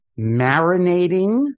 marinating